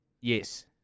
Yes